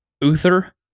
Uther